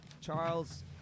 Charles